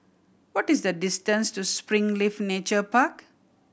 what is the distance to Springleaf Nature Park